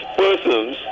persons